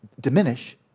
diminish